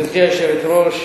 גברתי היושבת-ראש,